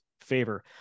favor